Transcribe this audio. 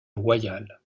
loyal